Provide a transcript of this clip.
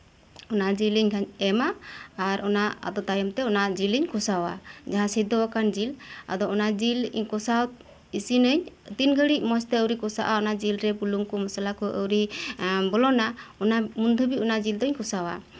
ᱚᱱᱟ ᱡᱤᱞᱤᱧ ᱮᱢᱟ ᱟᱨ ᱚᱱᱟ ᱟᱫᱚ ᱛᱟᱭᱢ ᱛᱮ ᱚᱱᱟ ᱡᱤᱞᱤᱧ ᱠᱚᱥᱟᱣᱟ ᱡᱟᱦᱟᱸ ᱥᱤᱫᱽᱫᱚᱣᱟᱠᱟᱱ ᱡᱤᱞ ᱟᱫᱚ ᱚᱱᱟ ᱡᱤᱞ ᱠᱚᱥᱟᱣ ᱤᱥᱤᱱᱟᱹᱧ ᱛᱤᱱ ᱜᱷᱟᱹᱲᱤᱡ ᱢᱚᱸᱡᱽ ᱛᱮ ᱟᱣᱨᱤ ᱠᱚᱥᱟᱜᱼᱟ ᱚᱱᱟ ᱡᱤᱞ ᱨᱮ ᱵᱩᱞᱩᱝ ᱠᱚ ᱢᱚᱥᱞᱟ ᱠᱚ ᱟᱣᱨᱤ ᱮᱸ ᱵᱚᱞᱚᱱᱟ ᱚᱱᱟ ᱩᱱᱚ ᱫᱦᱟᱵᱤᱡ ᱜᱮ ᱚᱱᱟ ᱡᱤᱞ ᱫᱩᱧ ᱠᱚᱥᱟᱣᱟ